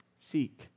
seek